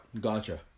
Gotcha